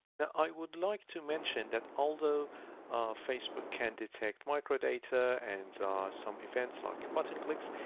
now i would like to mention that although facebook can detect micro data and some events like button clicks,